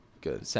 good